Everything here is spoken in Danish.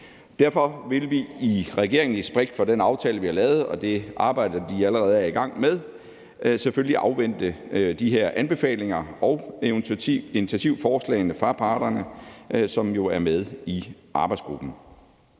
Derfor vil vi i regeringen i respekt for den aftale, vi har lavet, og det arbejde, de allerede er i gang med, selvfølgelig afvente de her anbefalinger og initiativforslagene fra parterne, som jo er med i arbejdsgruppen.